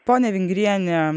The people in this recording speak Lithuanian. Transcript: ponia vingriene